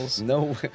No